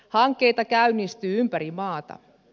hankkeita käynnistyy ympäri maata